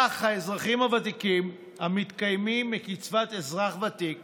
כך, האזרחים הוותיקים המתקיימים מקצבת אזרח ותיק